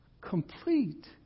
complete